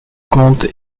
compte